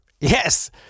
Yes